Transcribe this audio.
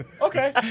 Okay